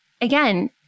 again